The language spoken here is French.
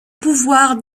pouvoirs